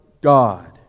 God